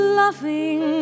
loving